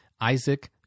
Isaac